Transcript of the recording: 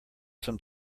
some